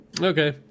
Okay